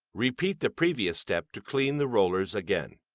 repeat the previous step to clean the rollers again.